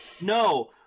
No